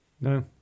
No